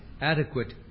adequate